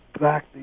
back